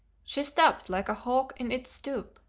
she stopped like a hawk in its stoop,